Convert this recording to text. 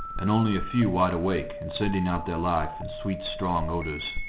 and only a few wide-awake and sending out their life in sweet, strong odours.